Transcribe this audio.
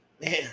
Man